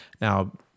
Now